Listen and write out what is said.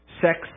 sex